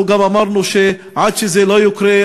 אנחנו גם אמרנו שעד שזה יקרה,